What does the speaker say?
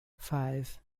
five